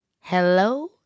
Hello